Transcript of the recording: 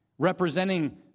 representing